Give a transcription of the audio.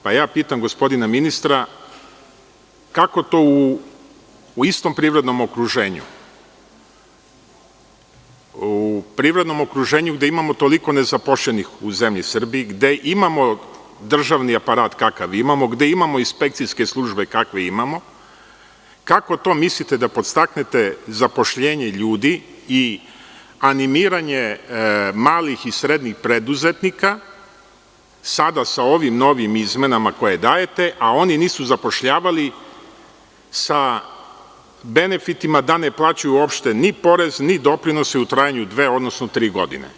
Pitam, gospodina ministra, kako to u istom privrednom okruženju, u privrednom okruženju gde imamo toliko nezaposlenih u zemlji Srbiji, gde imamo državni aparat kakav imamo, gde imamo inspekcijske službe kakve imamo, kako to mislite da podstaknete zaposlenje ljudi i animiranje malih i srednjih preduzetnika sada sa ovim novim izmenama koje dajete, a oni nisu zapošljavali sa benefitima da ne plaćaju uopšte ni porez, ni doprinos u trajanju od dve, odnosno tri godine?